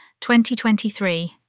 2023